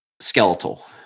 Skeletal